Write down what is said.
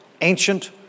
ancient